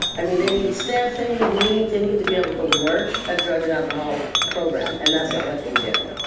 i mean they need steps, they need meetings, they need to be able to work a drug and alcohol program, and that's now what they do.